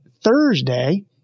Thursday